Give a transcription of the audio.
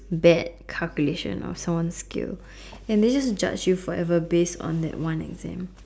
bad calculation or someone's skill and they just judge you forever based on that one exam